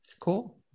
cool